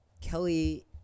Kelly